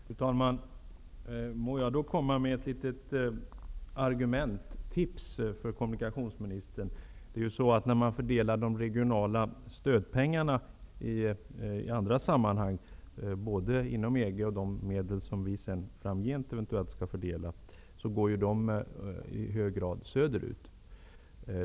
Fru talman! Må jag då komma med ett litet tips på ett argument. De regionala stödpengar som fördelas, både inom EG och i andra sammanhang, går i hög grad söderut.